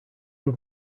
were